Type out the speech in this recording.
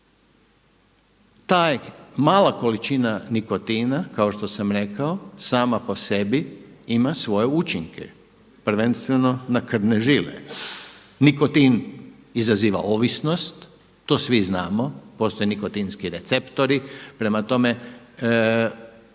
i ta mala količina nikotina, kao što sam rekao, sama po sebi ima svoje učinke, prvenstveno na krvne žile. Nikotin izaziva ovisnost, to svi znamo, postoji nikotinski receptori, prema tome